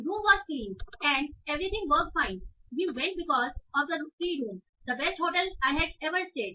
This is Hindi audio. room was clean and everything worked fine we went because of the free room the best hotel I had ever state